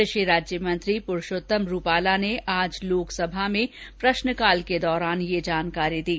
कृषि राज्य मंत्री पुरूषोतम रूपाला ने आज लोकसभा में प्रश्नकाल के दौरान यह जानकारी दी